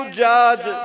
judge